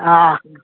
हा